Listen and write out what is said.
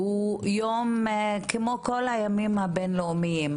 הוא יום כמו כל הימים הבינלאומיים.